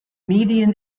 median